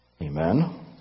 Amen